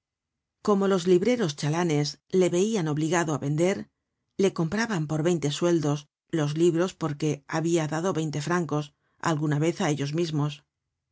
como los libreros chalanes le veian obligado á vender le compraban por veinte sueldos los libros porque habia dado veinte francos alguna vez á ellos mismos